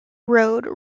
road